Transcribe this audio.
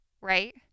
right